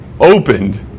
opened